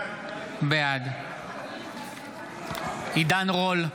בעד עידן רול,